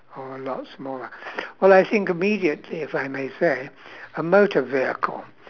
or a lot smaller well I think immediately if I may say a motor vehicle